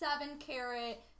seven-carat